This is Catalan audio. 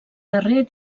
darrer